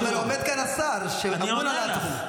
עומד כאן השר שממונה על התחום.